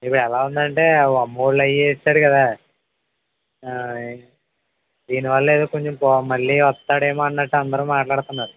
ఇది ఎలా ఉందంటే అమ్మఒడిలు అవి ఇస్తాడు కదా దీని వల్ల ఏదో కొంచెం మళ్ళీ వస్తాడేమో అన్నట్టు అందరు మాట్లాడుతున్నారు